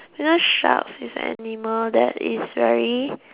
you know sharks is animal that is very